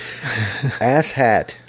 Asshat